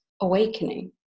awakening